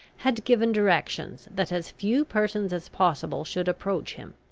had given directions that as few persons as possible should approach him.